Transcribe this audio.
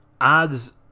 adds